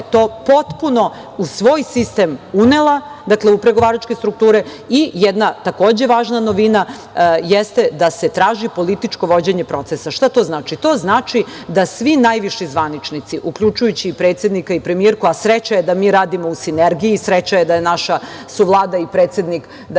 to potpuno u svoj sistem unela, dakle u pregovaračke strukture. Jedna, takođe važna novina, jeste da se traži političko vođenje procesa. Šta to znači? To znači da svi najviši zvaničnici, uključujući i predsednika i premijerku, a sreća je da mi radimo u sinergiji, sreća je da su naša Vlada i predsednik na